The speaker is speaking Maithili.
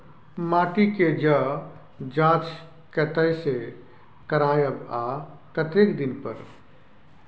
माटी के ज जॉंच कतय से करायब आ कतेक दिन पर?